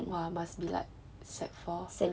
!wah! must be like sec four